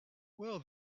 well